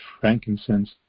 frankincense